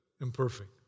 imperfect